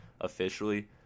officially